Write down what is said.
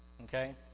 okay